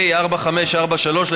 פ/4543/20,